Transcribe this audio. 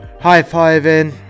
high-fiving